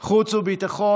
חוץ וביטחון.